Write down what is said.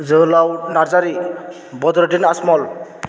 जोहोलाव नारजारि बदरुदीन आजमल